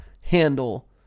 handle